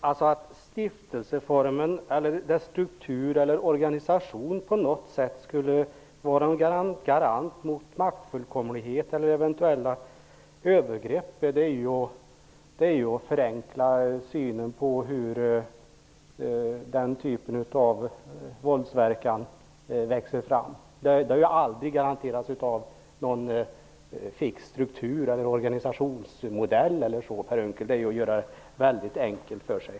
Herr talman! Att stiftelseformen på något sätt skulle vara en garant mot maktfullkomlighet eller mot eventuella övergrepp är en förenklad syn på hur den typen av negativa inslag växer fram. Att så inte sker har aldrig garanterats av någon fix struktur, organisationsmodell e.d., Per Unckel.